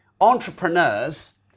entrepreneurs